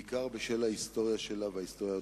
בעיקר בשל ההיסטוריה שלה, ההיסטוריה שציינתי.